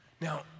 Now